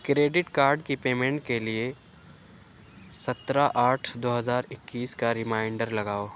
credit card کی payment کے لیے سترہ آٹھ دو ہزار اكیس کا ریمائنڈر لگاؤ